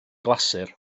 glasur